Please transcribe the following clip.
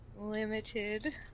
Limited